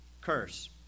curse